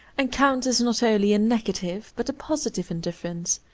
encounters not only a negative but a positive indifference.